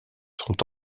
sont